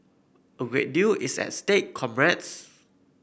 a great deal is at stake comrades